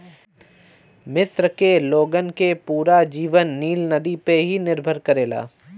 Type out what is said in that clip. मिस्र के लोगन के पूरा जीवन नील नदी पे ही निर्भर करेला